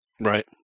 Right